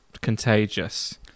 Contagious